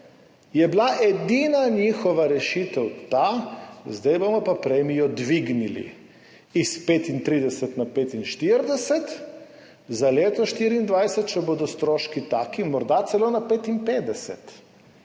je bila njihova edina rešitev ta: zdaj bomo pa premijo dvignili s 35 na 45, za leto 2024, če bodo stroški taki, morda celo na 55.